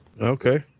Okay